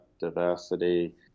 diversity